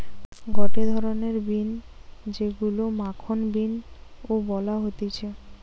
গটে ধরণের বিন যেইগুলো মাখন বিন ও বলা হতিছে